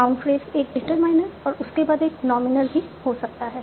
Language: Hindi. नाउन फ्रेज एक डिटरमाइनर और उसके बाद एक नॉमिनल भी हो सकता है